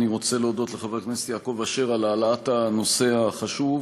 אני רוצה להודות לחבר הכנסת יעקב אשר על העלאת הנושא החשוב.